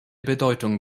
bedeutung